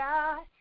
God